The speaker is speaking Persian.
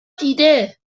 دیده